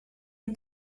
ein